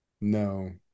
No